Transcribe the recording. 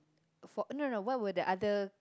for no no no what would the other